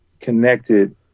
connected